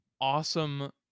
awesome